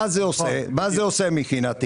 מה זה עושה, מבחינתי?